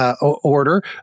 order